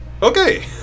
Okay